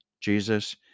Jesus